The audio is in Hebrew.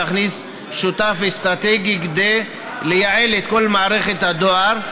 להכניס שותף אסטרטגי כדי לייעל את כל מערכת הדואר.